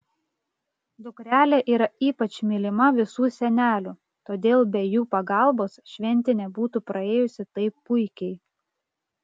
dukrelė yra ypač mylima visų senelių todėl be jų pagalbos šventė nebūtų praėjusi taip puikiai